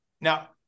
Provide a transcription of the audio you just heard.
now